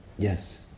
Yes